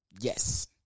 Yes